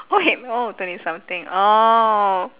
wait orh twenty something orh